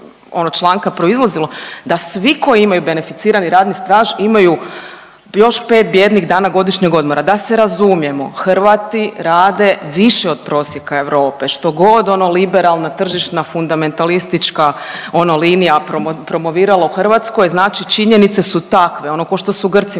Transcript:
članka proizlazilo da svi koji imaju beneficirani radni staž imaju još 5 bijednih dana godišnjeg odmora. Da se razumijemo Hrvati rade više od prosjeka Europe što god ono liberalna tržišna fundamentalistička ono linija promovirala u Hrvatskoj znači činjenice su takve, ono ko što su Grcima